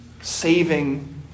saving